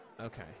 Okay